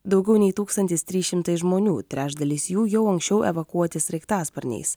daugiau nei tūkstantis trys šimtai žmonių trečdalis jų jau anksčiau evakuoti sraigtasparniais